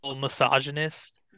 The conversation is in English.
misogynist